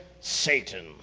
Satan